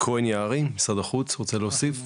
כהן יערי ממשרד החוץ רוצה להוסיף?